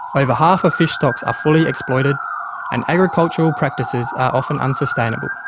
over half of fish stocks are fully exploited and agricultural practices are often unsustainable.